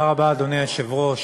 אדוני היושב-ראש,